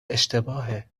اشتباهه